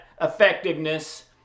effectiveness